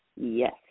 Yes